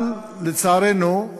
אבל, לצערנו,